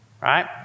right